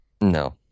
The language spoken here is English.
No